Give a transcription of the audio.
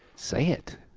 say it.